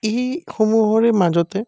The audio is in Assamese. এইসমূহৰে মাজতে